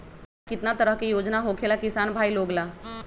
अच्छा कितना तरह के योजना होखेला किसान भाई लोग ला?